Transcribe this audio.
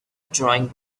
drawing